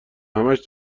همش